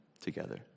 together